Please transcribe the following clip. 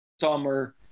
summer